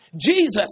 Jesus